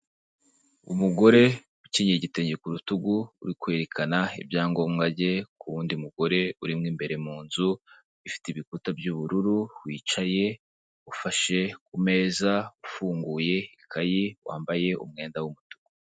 Umugore ukingiye igitenge ku rutugu urikwerekana ibyangombwa bye ku wundi mugore uririmo imbere mu nzu, ifite ibikuta by'ubururu wicaye ufashe ku meza, ufunguye ikaye wambaye umwenda w'umutuku.